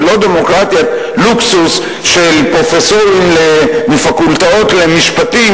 זה לא דמוקרטיה לוקסוס של פרופסורים מפקולטות למשפטים